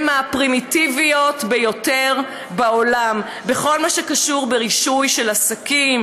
מהפרימיטיביות ביותר בעולם בכל מה שקשור ברישוי של עסקים,